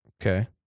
Okay